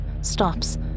stops